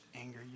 anger